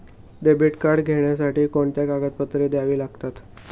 Debit card घेण्यासाठी कोणती कागदपत्रे द्यावी लागतात?